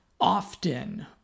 often